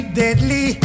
deadly